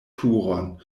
turon